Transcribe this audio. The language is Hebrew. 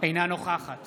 אינה נוכחת